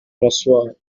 m’assois